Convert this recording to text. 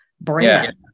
brand